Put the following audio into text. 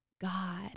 God